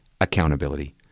Accountability